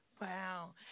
Wow